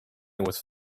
was